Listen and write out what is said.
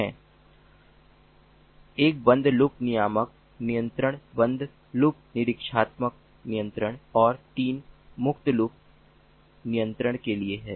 1 बंद लूप नियामक नियंत्रण बंद लूप निरिक्षणात्मक नियंत्रण और 3 मुक्त लूप नियंत्रण के लिए है